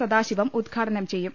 സദാശിവം ഉദ്ഘാടനം ചെയ്യും